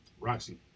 Roxy